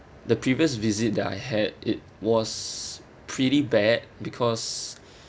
the previous visit that I had it was pretty bad because